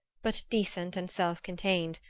but decent and self-contained,